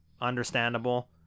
Understandable